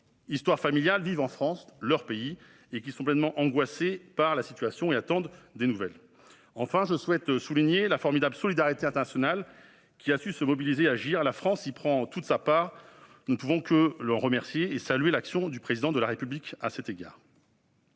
histoire familiale, vivent en France, leur pays, qui sont angoissés par la situation et attendent des nouvelles. Enfin, je souhaite souligner la formidable solidarité internationale, qui a su se mobiliser pour agir. La France y prend toute sa part. Nous ne pouvons que remercier le Président de la République et saluer